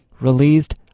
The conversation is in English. released